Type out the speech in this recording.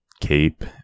cape